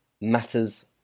matters